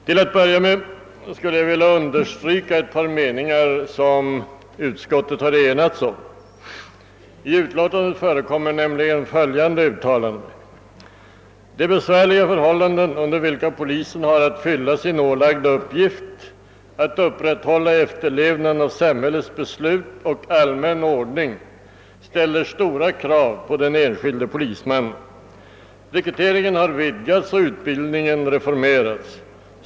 Till att börja med skulle jag vilja understryka ett par meningar som utskottets ledamöter har enats om. I utlåtandet förekommer nämligen följande uttalande: »De ofta besvärliga förhållanden under vilka polisen har att fylla sin ålagda uppgift att upprätthålla efterlevnaden av samhällets beslut och allmän ordning ställer stora krav på den enskilde polismannen. Rekryteringen har vidgats och utbildningen reformerats.